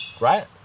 right